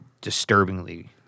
disturbingly